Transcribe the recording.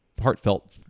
heartfelt